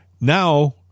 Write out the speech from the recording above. Now